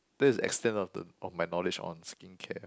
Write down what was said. that is the extent of the of my knowledge on skincare